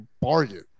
bargain